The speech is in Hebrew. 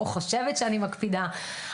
חושבת שאני מקפידה.